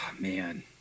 man